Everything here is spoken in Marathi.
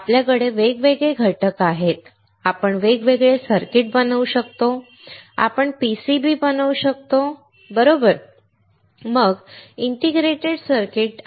आपल्याकडे वेगवेगळे घटक आहेत आपण वेगवेगळे सर्किट बनवू शकतो आपण PCBs बनवू शकतो बरोबर मग इंटिग्रेटेड सर्किट का जायचं